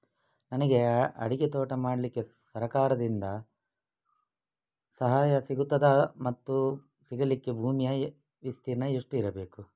ನನಗೆ ಅಡಿಕೆ ತೋಟ ಮಾಡಲಿಕ್ಕೆ ಸರಕಾರದಿಂದ ಸಹಾಯ ಸಿಗುತ್ತದಾ ಮತ್ತು ಸಿಗಲಿಕ್ಕೆ ಭೂಮಿಯ ವಿಸ್ತೀರ್ಣ ಎಷ್ಟು ಇರಬೇಕು?